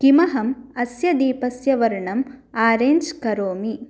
किमहम् अस्य दीपस्य वर्णम् आरेञ्ज् करोमि